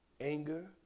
Anger